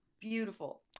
Beautiful